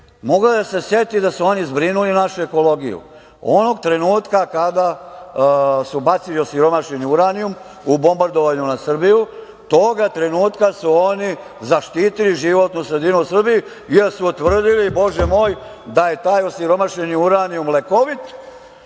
je da se seti da su oni zbrinuli našu ekologiju onog trenutka kada su bacili osiromašeni uranijum u bombardovanju na Srbiju. Tog trenutka su oni zaštitili životnu sredinu u Srbiji, jer su utvrdili, Bože moj, da je taj osiromašeni uranijum lekovit